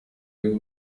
ari